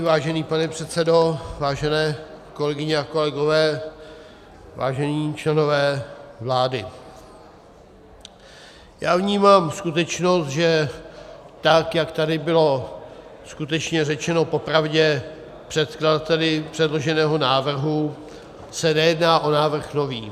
Vážený pane předsedo, vážené kolegyně a kolegové, vážení členové vlády, já vnímám skutečnost, že tak jak tady bylo skutečně řečeno popravdě předkladateli předloženého návrhu, se nejedná o návrh nový.